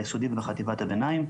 ביסודי ובחטיבת הביניים,